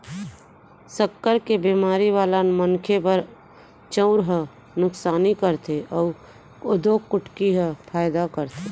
सक्कर के बेमारी वाला मनखे बर चउर ह नुकसानी करथे अउ कोदो कुटकी ह फायदा करथे